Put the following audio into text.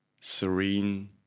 serene